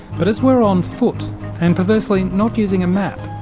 but as we're on foot and perversely not using a map,